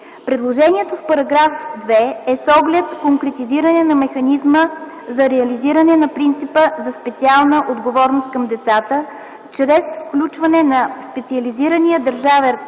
Предложението в § 2 е с оглед конкретизиране на механизма за реализиране на принципа за „специална отговорност” към децата, чрез включване на специализирания държавен